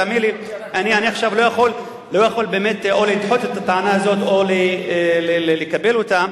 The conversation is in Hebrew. אני עכשיו באמת לא יכול לדחות את הטענה הזאת או לקבל אותה,